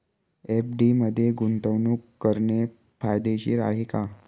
FD मध्ये गुंतवणूक करणे फायदेशीर आहे का?